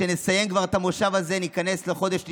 כשנסיים כבר את המושב הזה ניכנס לחודש ניסן.